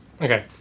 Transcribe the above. Okay